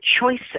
choices